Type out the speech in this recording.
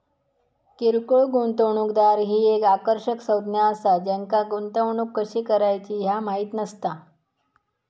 किरकोळ गुंतवणूकदार ही एक आकर्षक संज्ञा असा ज्यांका गुंतवणूक कशी करायची ह्या माहित नसता